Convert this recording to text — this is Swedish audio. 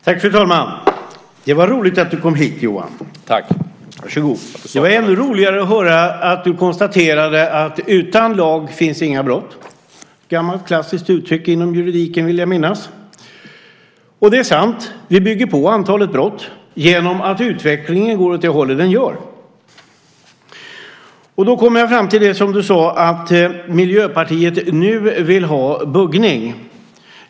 Fru talman! Det var roligt att du kom hit, Johan. Och det var ännu roligare att höra att du konstaterade att det utan lag inte finns några brott. Det är ett gammalt klassiskt uttryck inom juridiken vill jag minnas. Det är sant. Vi bygger på antalet brott genom att utvecklingen går åt det håll som den gör. Då kommer jag fram till det som du sade om att Miljöpartiet nu vill ha buggning.